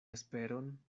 esperon